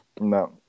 no